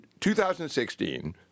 2016